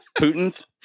Putin's